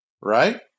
right